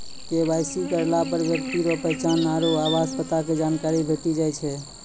KYC करलापर ब्यक्ति रो पहचान आरु आवास पता के जानकारी भेटी जाय छै